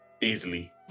Easily